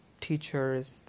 teachers